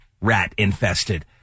rat-infested